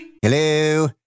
Hello